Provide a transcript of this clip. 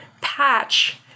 patch